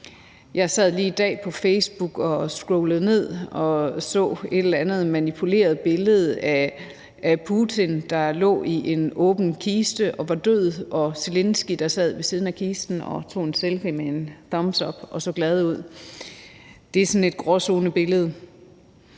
ned over en facebookside i dag og så et eller andet manipuleret billede af Putin, der lå i en åben kiste og var død, og Zelenskyj, der sad ved siden af kisten og tog en selfie med en »thumbs up« og så glad ud. Det er sådan et gråzonebillede.